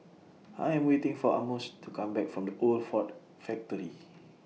I Am waiting For Amos to Come Back from The Old Ford Factory